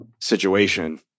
situation